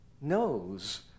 knows